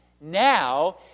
Now